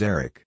Eric